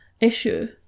issue